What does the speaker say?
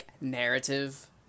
narrative